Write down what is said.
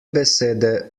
besede